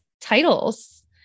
titles